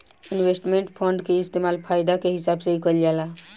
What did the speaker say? investment fund के इस्तेमाल फायदा के हिसाब से ही कईल जाला